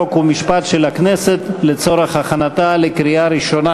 חוק ומשפט של הכנסת לצורך הכנתה לקריאה ראשונה.